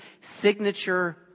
signature